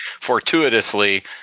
fortuitously